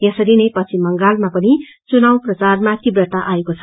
यसरीनै पश्चिम बांगलाका चुनाव प्रचारमा तीव्रता आएको छ